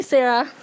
Sarah